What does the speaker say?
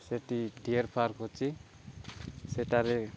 ସେଠି deer park ଅଛିି ସେଠାରେ